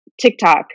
TikTok